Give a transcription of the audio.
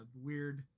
weird